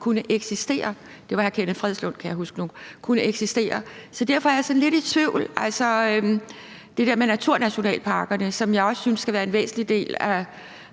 Petersen, der var ordfører på det, kan jeg huske nu. Så derfor er jeg sådan lidt i tvivl om det der med naturnationalparkerne, som jeg også synes skal være en væsentlig del af